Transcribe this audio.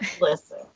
Listen